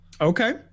okay